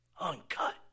Uncut